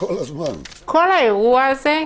כל האירוע הזה,